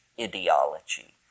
ideology